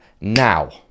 now